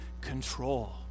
control